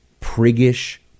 priggish